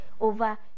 over